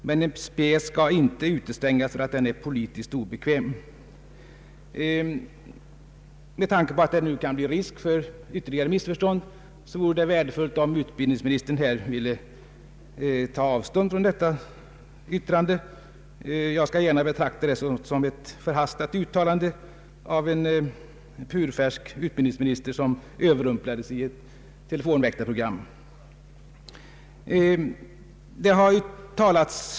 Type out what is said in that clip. Men en pjäs skall inte utestängas för att den är politiskt obekväm.” Med tanke på att det nu kan bli risk för ytterligare missförstånd vore det värdefullt om utbildningsministern här ville ta avstånd från detta yttrande. Jag skall gärna betrakta det såsom ett förhastat uttalande av en purfärsk utbildningsminister som överrumplades i ett telefonväktarprogram.